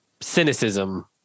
cynicism